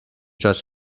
just